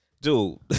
dude